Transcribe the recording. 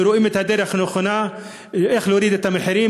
ורואים את הדרך הנכונה איך להוריד את המחירים,